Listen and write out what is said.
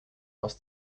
aus